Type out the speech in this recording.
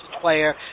player